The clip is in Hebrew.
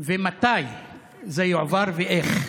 2. מתי זה יועבר ואיך?